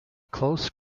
close